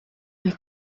avec